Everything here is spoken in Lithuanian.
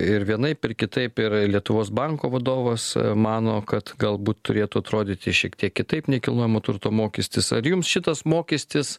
ir vienaip ir kitaip ir lietuvos banko vadovas mano kad galbūt turėtų atrodyti šiek tiek kitaip nekilnojamo turto mokestis ar jums šitas mokestis